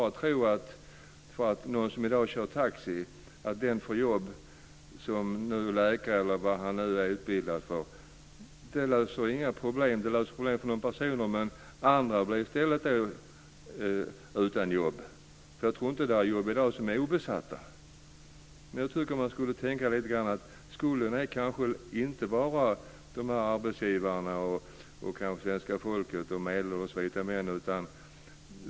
Att någon som i dag kör taxi får jobb som läkare - eller vad han nu är utbildad för - löser inga problem. Det löser problemen för den personen, men andra blir i stället utan jobb. Jag tror inte att det är några jobb som i dag är obesatta. Skulden ligger inte bara hos arbetsgivarna, svenska folket och de medelålders vita männen.